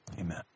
Amen